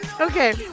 Okay